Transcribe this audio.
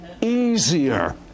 easier